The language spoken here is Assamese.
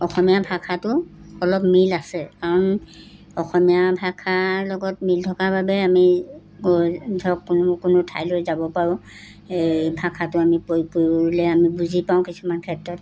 অসমীয়া ভাষাটো অলপ মিল আছে কাৰণ অসমীয়া ভাষাৰ লগত মিল থকাৰ বাবে আমি গ'ল ধৰক কোনো কোনো ঠাইলৈ যাব পাৰোঁ এই ভাষাটো আমি প্ৰয়োগ কৰিবলৈ আমি বুজি পাওঁ কিছুমান ক্ষেত্ৰত